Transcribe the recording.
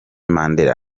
mandela